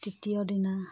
তৃতীয় দিনা